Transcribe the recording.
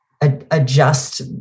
adjust